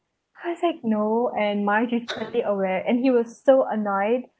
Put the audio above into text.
I was like no and marge just make it aware and he was so annoyed